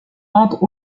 entre